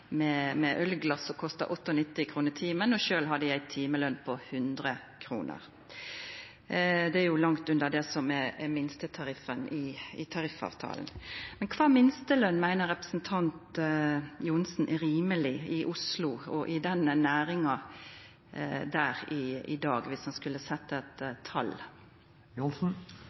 med ølglas som kostar 98 kr, og sjølv har dei ei timeløn på 100 kr. Det er langt under det som er minstetariffen i tariffavtalen. Kva minsteløn meiner representanten Johnsen er rimeleg i Oslo og i den næringa i dag, viss han skulle setja eit tal